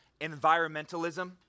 environmentalism